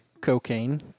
Cocaine